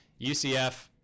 ucf